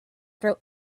throat